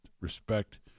respect